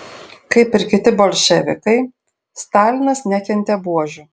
kaip ir kiti bolševikai stalinas nekentė buožių